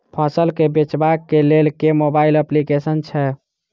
फसल केँ बेचबाक केँ लेल केँ मोबाइल अप्लिकेशन छैय?